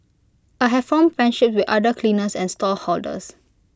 I have formed friendships with other cleaners and stallholders